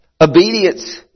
Obedience